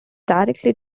directly